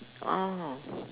orh